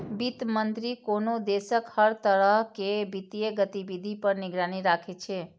वित्त मंत्री कोनो देशक हर तरह के वित्तीय गतिविधि पर निगरानी राखै छै